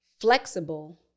flexible